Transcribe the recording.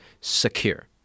secure